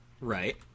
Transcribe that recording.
Right